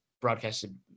broadcasted